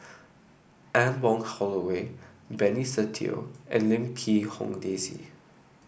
Anne Wong Holloway Benny Se Teo and Lim Quee Hong Daisy